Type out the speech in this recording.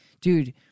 dude